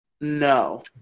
No